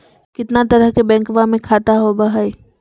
कितना तरह के बैंकवा में खाता होव हई?